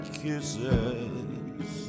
kisses